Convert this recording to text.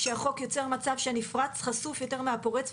שהחוק יוצר מצב שהנפרץ חשוף יותר מהפורץ,